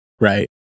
Right